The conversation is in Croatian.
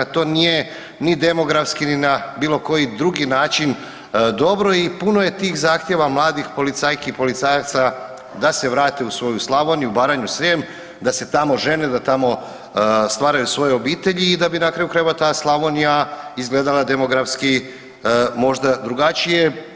To nije ni demografski ni na bilo koji drugi način dobro i puno je tih zahtjeva mladih policajki i policajaca da se vrate u svoju Slavoniju, Baranju, Srijem da se tamo žene, da tamo stvaraju svoje obitelji i da bi na kraju krajeva ta Slavonija izgledala demografski možda drugačije.